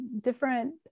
different